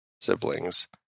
siblings